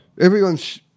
everyone's